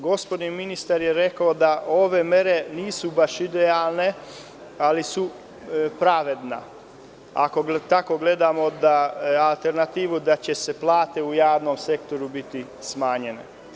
Gospodin ministar je rekao da ove mere nisu baš idealne, ali su pravedne, ako tako gledamo alternativu, da će plate u javnom sektoru biti smanjene.